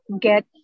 get